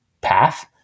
path